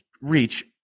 reach